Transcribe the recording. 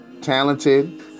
Talented